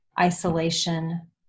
isolation